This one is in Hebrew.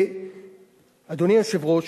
אדוני היושב-ראש,